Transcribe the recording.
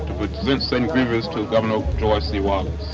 to present said grievances to governor george c. wallace.